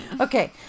okay